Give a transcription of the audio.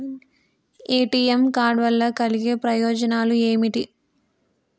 ATM card వల్ల కలిగే ప్రయోజనాలు ఏమిటి?